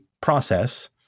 process